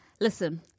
Listen